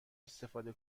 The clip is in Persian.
استفاده